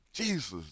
Jesus